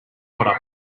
water